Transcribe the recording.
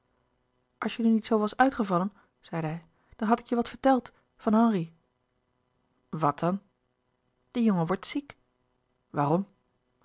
als je nu niet zoo was uitgevallen zeide hij had ik je wat verteld van henri wat dan die jongen wordt ziek waarom